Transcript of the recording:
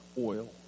oil